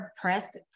pressed